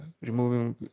removing